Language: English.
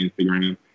Instagram